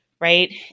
right